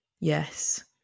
Yes